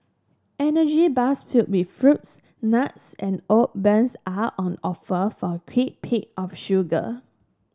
energy bars filled with fruits nuts and oat bran's are on offer for a quick pick of sugar